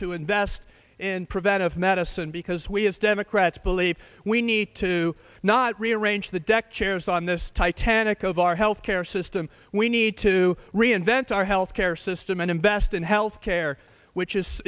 to invest in preventive medicine because we have democrats believe we need to not rearrange the deck chairs on this titanic of our healthcare system we need to reinvent our health care system and invest in health care which is